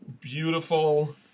beautiful